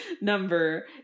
number